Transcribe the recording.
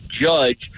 judge